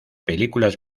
películas